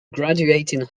graduating